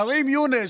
כרים יונס,